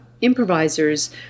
improvisers